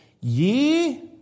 Ye